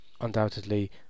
Undoubtedly